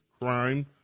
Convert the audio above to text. crime